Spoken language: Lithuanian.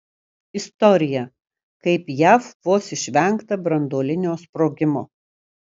istorija kaip jav vos išvengta branduolinio sprogimo